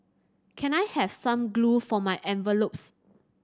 can I have some glue for my envelopes